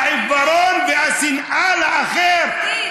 העיוורון והשנאה לאחר,